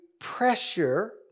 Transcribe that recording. pressure